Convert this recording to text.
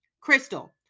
Crystal